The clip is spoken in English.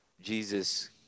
Jesus